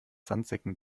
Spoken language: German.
sandsäcken